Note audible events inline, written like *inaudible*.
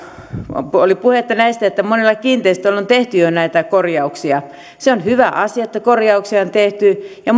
oli puhetta näistä että monissa kiinteistöissä on tehty jo näitä korjauksia on hyvä asia että korjauksia on tehty ja *unintelligible*